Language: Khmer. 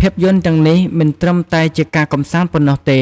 ភាពយន្តទាំងនេះមិនត្រឹមតែជាការកម្សាន្តប៉ុណ្ណោះទេ